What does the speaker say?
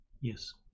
Yes